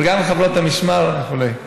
חברות המשמר והמזכירות, עאידה,